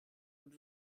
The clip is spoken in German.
und